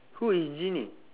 who is genie